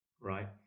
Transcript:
right